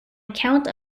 account